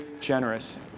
generous